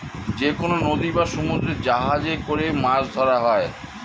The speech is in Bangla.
যেকনো নদী বা সমুদ্রে জাহাজে করে মাছ ধরা হয়